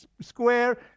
square